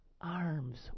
arms